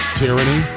tyranny